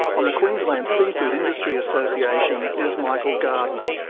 on the queensland seafood industry association is michael gardner,